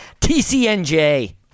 TCNJ